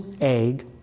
egg